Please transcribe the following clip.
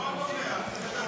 לא נוכח.